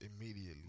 immediately